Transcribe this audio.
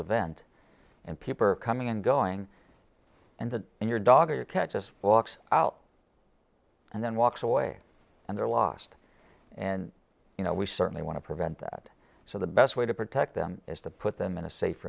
events and people are coming and going and that your dog or cat just walks out and then walks away and they're lost and you know we certainly want to prevent that so the best way to protect them is to put them in a safe